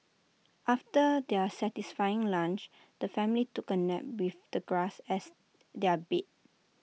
after their satisfying lunch the family took A nap with the grass as their bed